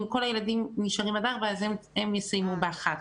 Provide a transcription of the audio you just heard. אם כל הילדים נשארים עד ארבע אז הם יסיימו באחת.